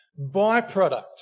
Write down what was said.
byproduct